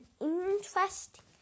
interesting